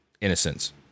innocence